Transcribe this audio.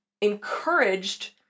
encouraged